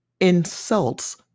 insults